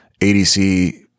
ADC